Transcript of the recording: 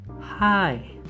Hi